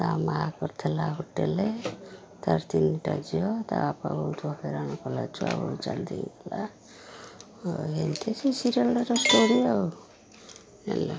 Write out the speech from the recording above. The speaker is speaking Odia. ତା' ମାଆ କରିଥିଲା ହୋଟେଲ ତାର ତିନିଟା ଝିଅ ତା' ବାପା ବହୁତ ହଇରାଣ କଲା ଛୁଆ ବହୁ ଜଲ୍ଦି ହେଇଗଲା ଏତି ସେ ସିରିଏଲଟାର ଷ୍ଟୋରୀ ଆଉ ହେଲା